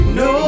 no